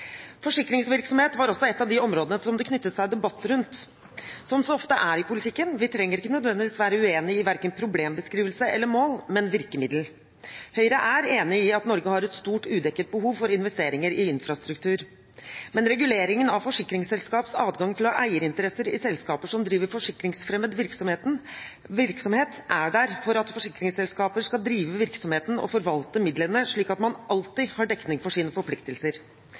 Forsikringsvirksomhet var også et av de områdene som det knyttet seg debatt rundt. Som det så ofte er i politikken: Vi trenger ikke nødvendigvis være uenig i verken problembeskrivelse eller mål, men virkemiddel. Høyre er enig i at Norge har et stort, udekket behov for investeringer i infrastruktur. Men reguleringen av forsikringsselskapers adgang til å ha eierinteresser i selskaper som driver forsikringsfremmed virksomhet, er der for at forsikringsselskaper skal drive virksomheten og forvalte midlene, slik at man alltid har dekning for sine forpliktelser.